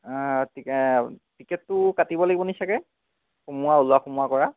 টিকে টিকেটটো কাটিব লাগিব নেকি ছাগৈ সোমোৱা ওলোৱা সোমোৱা কৰা